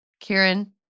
Kieran